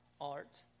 art